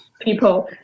people